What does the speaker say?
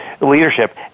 leadership